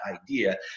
idea